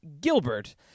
Gilbert